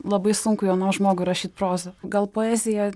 labai sunku jaunam žmogui rašyt prozą gal poeziją